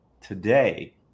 today